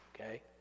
okay